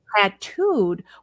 tattooed